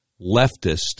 leftist